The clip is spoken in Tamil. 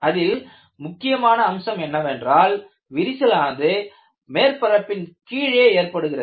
இதில் முக்கியமான அம்சம் என்னவென்றால் விரிசல் ஆனது மேற்பரப்பின் கீழே ஏற்படுகிறது